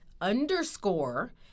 underscore